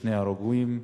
ושני הרוגים,